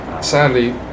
Sadly